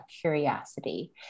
curiosity